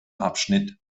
abschnitt